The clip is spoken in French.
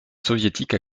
soviétiques